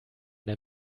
der